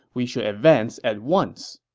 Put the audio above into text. we should advance at once.